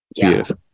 Beautiful